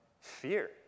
fear